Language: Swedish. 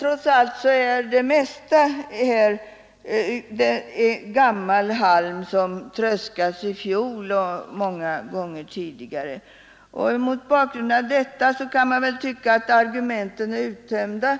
Trots detta är det mesta här gammal halm som tröskats i fjol och många gånger tidigare. Mot bakgrunden av detta kan man tycka att argumenten är uttömda.